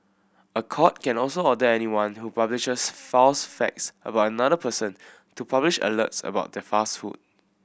a court can also order anyone who publishes false facts about another person to publish alerts about the falsehood